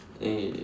hey